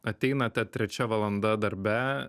ateina ta trečia valanda darbe